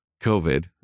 COVID